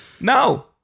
no